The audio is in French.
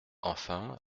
enfin